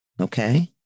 Okay